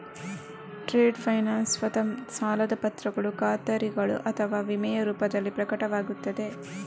trade finance ಸ್ವತಃ ಸಾಲದ ಪತ್ರಗಳು ಖಾತರಿಗಳು ಅಥವಾ ವಿಮೆಯ ರೂಪದಲ್ಲಿ ಪ್ರಕಟವಾಗುತ್ತದೆ